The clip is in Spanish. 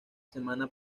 semana